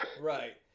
Right